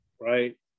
right